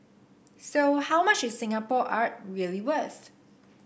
so how much is Singapore art really worth